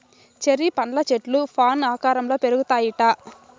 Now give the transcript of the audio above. cherry పండ్ల చెట్లు fan ఆకారంల పెరుగుతాయిట